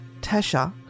Tasha